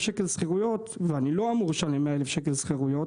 שקל שכירויות ואני לא אמור לשלם 100 אלף שקל שכירויות